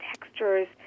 textures